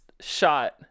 shot